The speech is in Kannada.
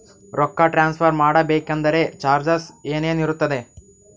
ರೊಕ್ಕ ಟ್ರಾನ್ಸ್ಫರ್ ಮಾಡಬೇಕೆಂದರೆ ಚಾರ್ಜಸ್ ಏನೇನಿರುತ್ತದೆ?